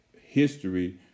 history